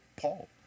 Paul